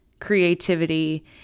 creativity